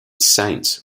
saints